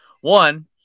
One